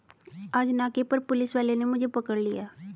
आज नाके पर पुलिस वाले ने मुझे पकड़ लिया